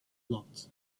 blocked